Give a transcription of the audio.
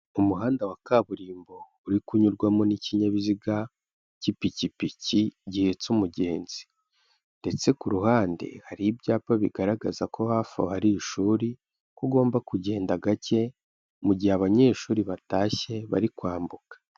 Umuhanda wa kaburimbo uri kunyurwamo n'ikinyabiziga cy'ipikipiki gihetse umugenzi ndetse ku ruhande hari ibyapa bigaragaza ko hafi aho hari ishuri ko ugomba kugenda gake mu gihe abanyeshuri batashye bari kwambuka.